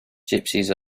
gypsies